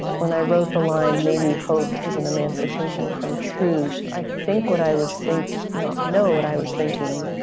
when i wrote the line, maybe hope is an emancipation from truth, i think what i was think no, i know what i was thinking,